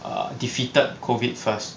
err defeated COVID first